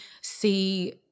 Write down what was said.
see